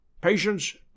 patience